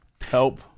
Help